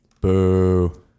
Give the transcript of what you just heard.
Boo